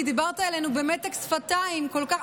כי דיברת עלינו במתק שפתיים כל כך.